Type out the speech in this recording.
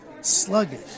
sluggish